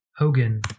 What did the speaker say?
Hogan